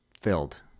filled